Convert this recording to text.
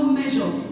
measure